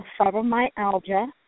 fibromyalgia